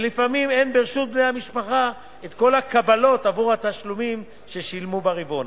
ולפעמים אין ברשות בני המשפחה כל הקבלות עבור התשלומים ששילמו ברבעון.